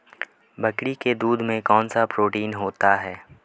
बकरी के दूध में कौनसा प्रोटीन होता है?